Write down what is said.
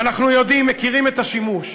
ואנחנו יודעים, מכירים את השימוש.